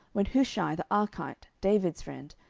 when hushai the archite, david's friend,